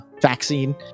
vaccine